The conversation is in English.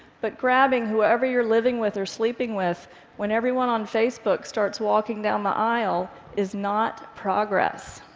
but grabbing whoever you're living with or sleeping with when everyone on facebook starts walking down the aisle is not progress.